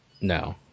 no